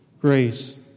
grace